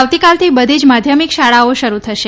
આવતીકાલથી બધી જ માધ્યમિક શાળાઓ શરૂ થશે